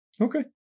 Okay